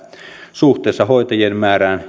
suhteessa hoitajien määrään